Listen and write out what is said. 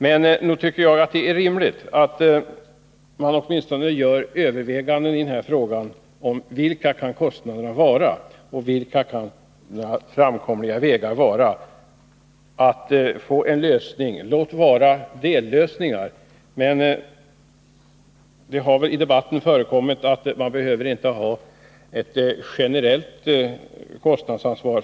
Men nog tycker jag att det är rimligt att man åtminstone överväger vilka kostnaderna skulle bli och vilka vägar som kan tänkas vara framkomliga för att uppnå en lösning, låt vara en dellösning. I debatten har det väl framhållits att det allmänna inte behöver ha ett generellt kostnadsansvar.